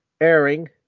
airing